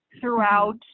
throughout